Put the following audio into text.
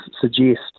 suggest